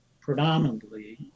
predominantly